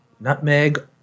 nutmeg